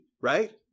right